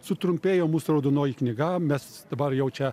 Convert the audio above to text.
sutrumpėjo mūsų raudonoji knyga mes dabar jau čia